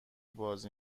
بازی